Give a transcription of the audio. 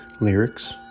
lyrics